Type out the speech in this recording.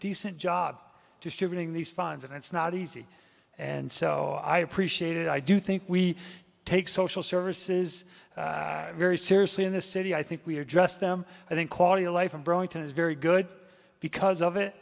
decent job distributing these funds and it's not easy and so i appreciate it i do think we take social services very seriously in this city i think we're just them i think quality of life and growing to is very good because of it